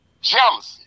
jealousy